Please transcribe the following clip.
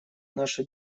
наша